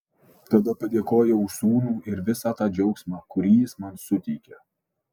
tada padėkojau už sūnų ir visą tą džiaugsmą kurį jis man suteikia